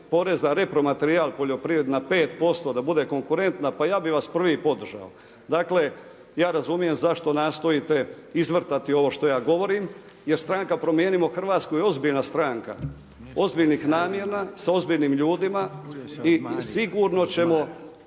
repromaterijal na 5% da bude konkurentna pa ja bih vas prvi podržao. Dakle ja razumijem zašto nastojite izvrtati ovo što ja govorim jer stranka promijenimo Hrvatsku je ozbiljna stranka, ozbiljnih namjena s ozbiljnim ljudima i sigurno ćemo